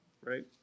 right